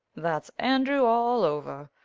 that's andrew all over.